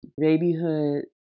babyhood